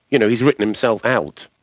you know, he's written himself out,